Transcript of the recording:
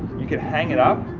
you could hang it up,